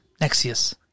Nexius